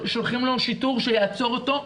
שולחים שיטור שיעצור אותו,